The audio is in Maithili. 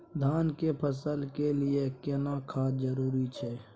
धान के फसल के लिये केना खाद जरूरी छै?